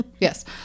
Yes